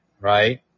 right